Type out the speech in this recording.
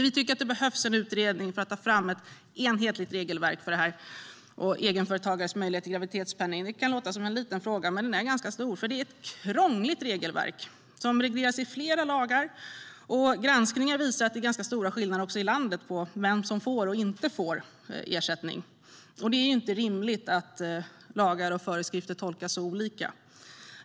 Vi tycker att det behövs en utredning för att ta fram ett enhetligt regelverk för egenföretagares möjlighet till graviditetspenning. Det kan låta som en liten fråga, men den är ganska stor, för det är ett krångligt regelverk som regleras i flera lagar. Granskningen visar också att det är ganska stora skillnader i landet mellan vem som får och inte får ersättning, och det är inte rimligt att lagar och föreskrifter tolkas så olika.